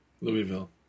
Louisville